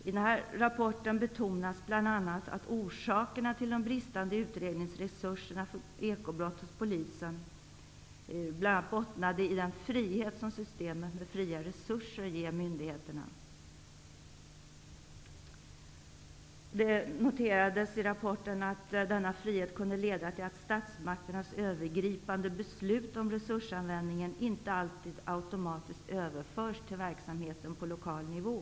I rapporten betonas bl.a. att orsakerna till Polisens bristande utredningsresurser när det gäller ekobrott bl.a. bottnade i den frihet som systemet med fria resurser ger myndigheterna. Det noterades i rapporten att denna frihet kunde leda till att statsmakternas övergripande beslut om resursanvändningen inte alltid automatiskt överförs till verksamheten på lokal nivå.